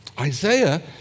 Isaiah